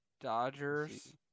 Dodgers